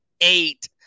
eight